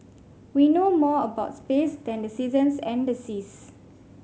we know more about space than the seasons and the seas